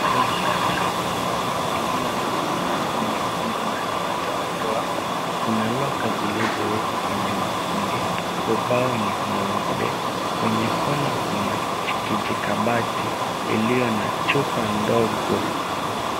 Kwenye darasa safi iliyo na sakafu nyekundu na ya madoadoa. Kuna locker zilizowekwa kwenye makundi. Ubao ni mweupe. Kwenye corner kuna kijikabati iliyo na chupa ndogo.